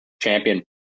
Champion